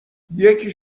یکی